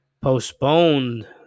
postponed